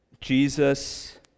Jesus